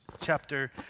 chapter